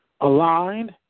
aligned